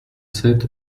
sept